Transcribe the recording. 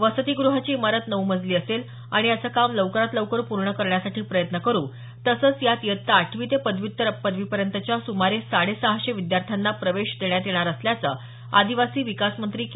वसतीग्रहाची इमारत नऊ मजली असेल आणि याचं काम लवकरात लवकर पूर्ण करण्यासाठी प्रयत्न करु तसंच यात इयत्ता आठवी ते पदव्युत्तर पदवीपर्यंतच्या सुमारे साडेसहाशे विद्यार्थ्यांना प्रवेश देण्यात येणार असल्याचं आदिवासी विकास मंत्री के